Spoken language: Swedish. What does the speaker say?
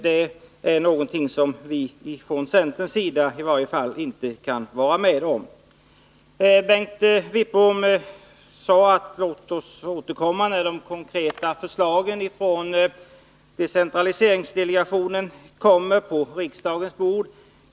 Det kan vi från centern inte vara med om. Bengt Wittbom sade också: Låt oss återkomma när de konkreta förslagen från decentraliseringsdelegationen har lagts på riksdagens bord.